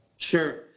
Sure